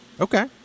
Okay